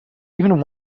even